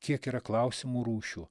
kiek yra klausimų rūšių